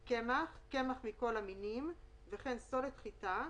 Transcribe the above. "קמח" - קמח מכל המינים וכן סולת חיטה,